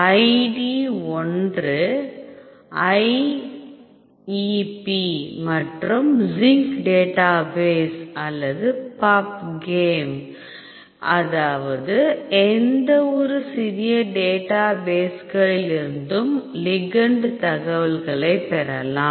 ID 1 ஐஇபி மற்றும் sync database அல்லது பப்கேம் அதாவது எந்தவொரு சிறிய டேட்டாபேஸ்களில் இருந்தும் லிகெண்ட் தகவல்களைப் பெறலாம்